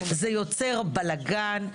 זה יוצר בלגן,